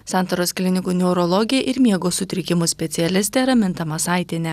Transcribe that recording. santaros klinikų neurologė ir miego sutrikimų specialistė raminta masaitienė